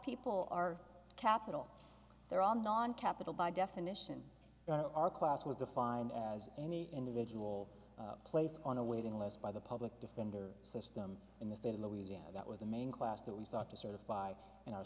people are capital there are non capital by definition our class was defined as any individual placed on a waiting list by the public defender system in the state of louisiana that was the main class that we sought to certify and our